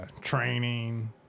training